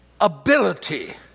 ability